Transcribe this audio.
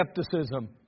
skepticism